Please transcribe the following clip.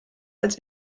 als